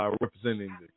representing